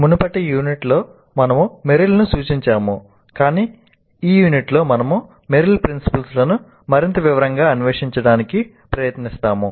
మునుపటి యూనిట్లలో మనము మెరిల్ను లను మరింత వివరంగా అన్వేషించడానికి ప్రయత్నిస్తాము